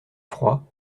froid